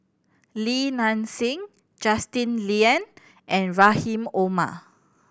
Li Nanxing Justin Lean and Rahim Omar